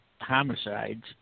homicides